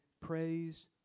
praise